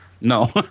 No